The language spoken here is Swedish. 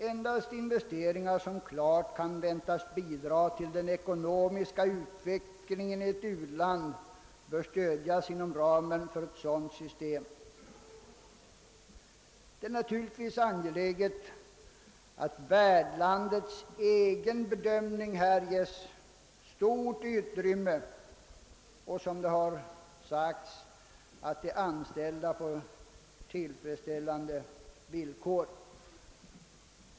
Endast investeringar som klart kan väntas bidra till den ekonomiska utvecklingen i ett u-land bör stödjas inom ramen för ett sådant system. Det är naturligtvis angeläget att värdlandets egen bedömning härvidlag ges stort utrymme och — som det redan har sagts att de anställda får tillfredsställande arbetsvillkor.